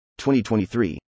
2023